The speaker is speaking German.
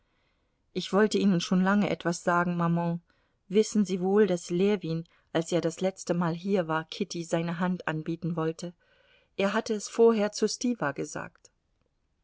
ich wollte ihnen schon lange etwas sagen maman wissen sie wohl daß ljewin als er das letzte mal hier war kitty seine hand anbieten wollte er hatte es vorher zu stiwa gesagt